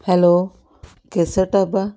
hello Kesar dhaba